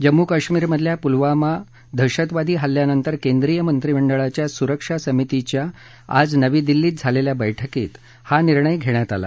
जम्मू काश्मीरमधल्या पुलवमा दहशतवादी हल्ल्यानंतर केंद्रीय मंत्रिमंडळाच्या सुरक्षा समितीच्या आज नवी दिल्लीत झालेल्या बैठकीत हा निर्णय झाला